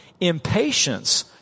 Impatience